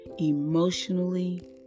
emotionally